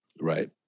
right